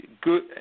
good